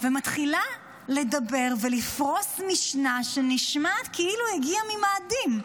ומתחילה לדבר ולפרוס משנה שנשמעת כאילו הגיעה ממאדים: